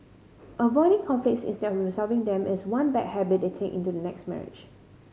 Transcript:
avoiding conflicts instead of resolving them is one bad habit they take into the next marriage